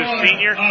senior